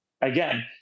again